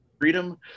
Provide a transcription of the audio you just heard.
freedom